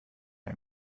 ein